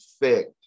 effect